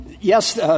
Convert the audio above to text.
yes —